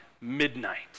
midnight